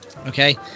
Okay